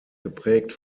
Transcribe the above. geprägt